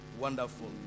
Wonderful